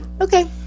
Okay